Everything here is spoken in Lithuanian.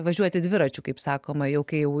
važiuoti dviračiu kaip sakoma jau kai jau